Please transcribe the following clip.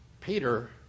Peter